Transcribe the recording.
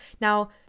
now